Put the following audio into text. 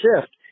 shift